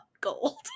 gold